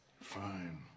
Fine